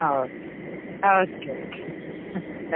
ಹಾಂ ಓಕೆ ಹಾಂ okay okay